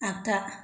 आगदा